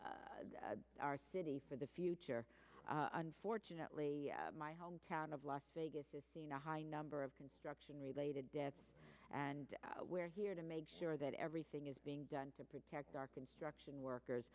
building our city for the future unfortunately my hometown of las vegas is the in a high number of construction related deaths and we're here to make sure that everything is being done to protect our construction workers